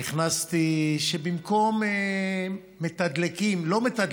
הכנסתי שבמקום מתדלקים, לא מתדלקים,